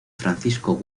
francisco